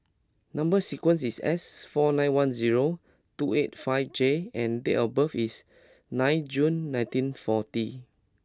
number sequence is S four nine one zero two eight five J and date of birth is nine June nineteen forty